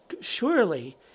surely